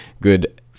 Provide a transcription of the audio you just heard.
good